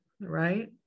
right